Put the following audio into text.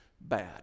bad